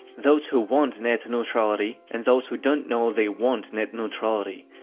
those who want net neutrality, and those who don't know they want net neutrality.